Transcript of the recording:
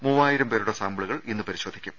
മൂവായിരം പേരുടെ സാമ്പിളുകൾ ഇന്ന് പരിശോധിക്കും